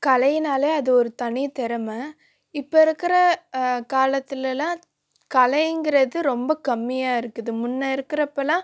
கலைன்னாலே அது ஒரு தனித்திறம இப்போ இருக்கிற காலத்துலெலாம் கலைங்கிறது ரொம்ப கம்மியாக இருக்குது முன்னே இருக்கிறப்பலாம்